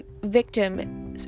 victim